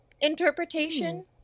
interpretation